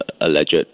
alleged